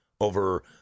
over